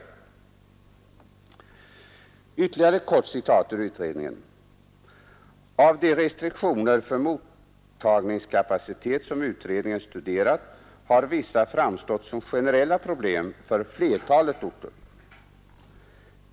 Jag vill anföra ytterligare ett kort citat ur utredningens PM: ”Av de restriktioner för mottagningskapacitet, som utredningen studerat, har vissa framstått som generella problem för flertalet orter.